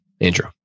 Andrew